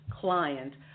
client